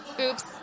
Oops